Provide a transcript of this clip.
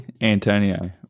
Antonio